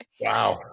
wow